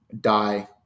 die